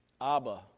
Abba